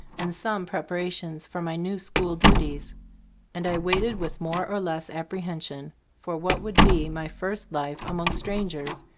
and some prepara tions for my new school duties and i waited with more or less apprehension for what would be my first life among strangers,